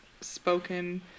spoken